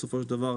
הרי בסופו של דבר,